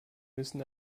müssen